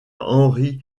henri